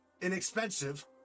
inexpensive